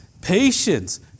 patience